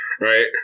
right